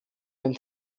den